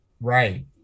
Right